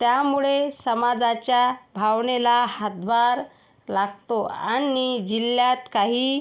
त्यामुळे समाजाच्या भावनेला हातभार लागतो आणि जिल्ह्यात काही